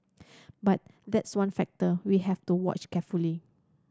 but that's one factor we have to watch carefully